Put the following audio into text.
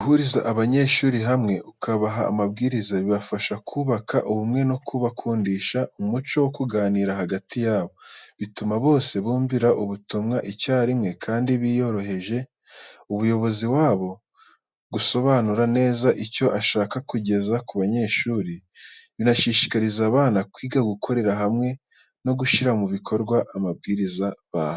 Guhuriza abanyeshuri hamwe ukabaha amabwiriza bibafasha kubaka ubumwe no kubakundisha umuco wo kuganira hagati yabo. Bituma bose bumvira ubutumwa icyarimwe, kandi bikorohera umuyobozi wabo gusobanura neza icyo ashaka kugeza ku banyeshuri. Binashishikariza abana kwiga gukorera hamwe no gushyira mu bikorwa amabwiriza bahawe.